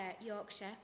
Yorkshire